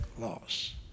loss